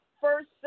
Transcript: First